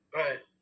right